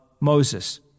Moses